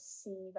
see